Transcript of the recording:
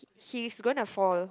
he's gonna fall